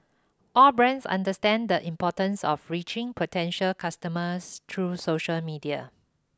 all brands understand the importance of reaching potential customers through social media